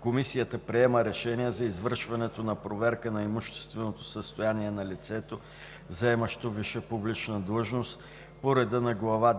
Комисията приема решение за извършването на проверка на имущественото състояние на лицето, заемащо висша публична длъжност, по реда на Глава